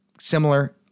similar